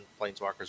Planeswalkers